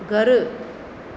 घरु